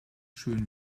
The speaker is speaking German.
schön